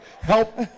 help